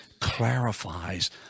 clarifies